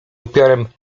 upiorem